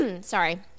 Sorry